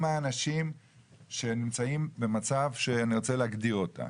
הם האנשים שנמצאים במצב שנרצה להגדיר אותו.